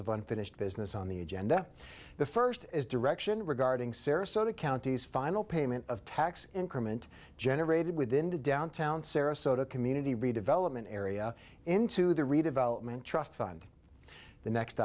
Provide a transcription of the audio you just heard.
of unfinished business on the agenda the first is direction regarding sarasota county's final payment of tax increment generated within the downtown sarasota community redevelopment area into the redevelopment trust fund the next